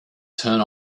turn